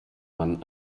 mann